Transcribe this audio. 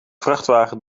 vrachtwagen